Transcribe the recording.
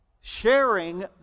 sharing